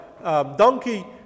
donkey